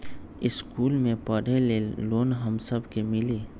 इश्कुल मे पढे ले लोन हम सब के मिली?